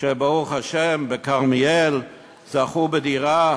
שברוך השם בכרמיאל זכו בדירה